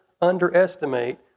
underestimate